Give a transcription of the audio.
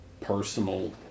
personal